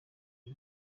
ibi